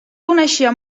coneixia